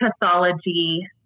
pathology